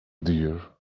dear